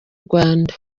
rwanda